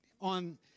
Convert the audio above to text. on